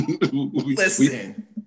Listen